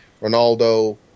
Ronaldo